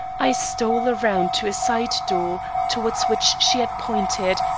i stole around to a side door towards which she had pointed,